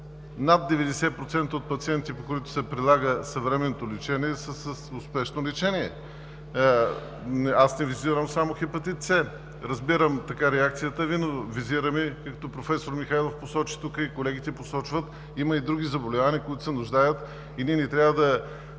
над 90% от пациентите, на които се прилага съвременното лечение, са с успешно лечение. Аз не визирам само Хепатит С. Разбирам реакцията Ви, но визирам, както и професор Михайлов посочи тук, и колегите посочват – има и други заболявания, които се нуждаят, и ние не трябва да